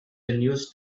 news